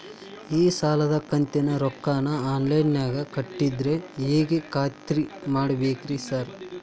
ಈ ಸಾಲದ ಕಂತಿನ ರೊಕ್ಕನಾ ಆನ್ಲೈನ್ ನಾಗ ಕಟ್ಟಿದ್ರ ಹೆಂಗ್ ಖಾತ್ರಿ ಮಾಡ್ಬೇಕ್ರಿ ಸಾರ್?